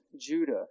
Judah